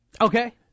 Okay